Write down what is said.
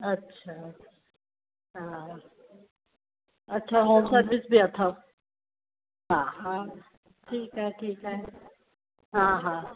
अच्छा हा अच्छा होम सर्विस बि अथव हा हा ठीकु आहे ठीकु आहे हा हा